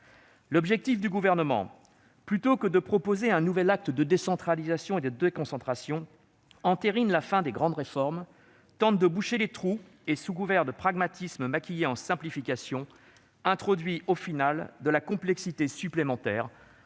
L'objectif du Gouvernement, plutôt que de proposer un nouvel acte de décentralisation et de déconcentration, est d'entériner la fin des grandes réformes et de tenter de boucher les trous. Or, sous couvert de pragmatisme maquillé en simplification, le texte introduit au final de la complexité supplémentaire